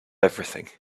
everything